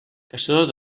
caçador